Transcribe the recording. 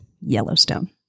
Yellowstone